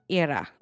era